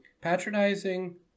patronizing